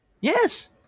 Yes